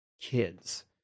kids